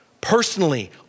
personally